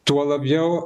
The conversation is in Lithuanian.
tuo labiau